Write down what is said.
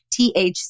THC